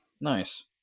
nice